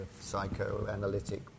psychoanalytic